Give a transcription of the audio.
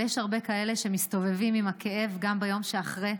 יש הרבה כאלה שמסתובבים עם הכאב גם ביום שאחרי,